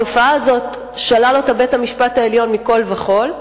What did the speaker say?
את התופעה הזאת שלל בית-המשפט העליון מכול וכול.